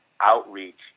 outreach